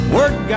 Work